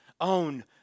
own